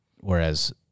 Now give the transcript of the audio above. whereas